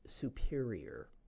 superior